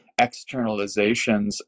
externalizations